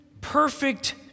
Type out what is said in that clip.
perfect